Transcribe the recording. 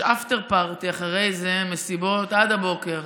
יש אפטר פרטי אחרי זה, מסיבות עד הבוקר.